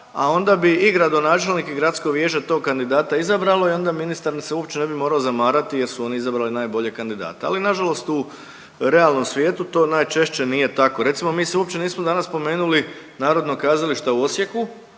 a onda bi i dogradonačelnik i gradsko vijeće tog kandidata izabralo i onda ministar se uopće ne bi morao zamarati jer su oni izabrali najboljeg kandidata. Ali nažalost u realnom svijetu to najčešće nije tako. Recimo, mi se uopće nismo danas spomenuli Narodnog kazališta u Osijeku